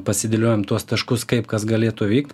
pasidėliojom tuos taškus kaip kas galėtų vykt